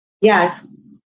Yes